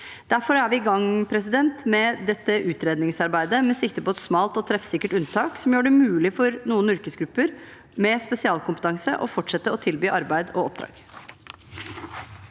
Derfor er vi i gang med dette utredningsarbeidet, med sikte på et smalt og treffsikkert unntak som gjør det mulig for noen yrkesgrupper med spesialkompetanse å fortsette å tilby arbeid og oppdrag.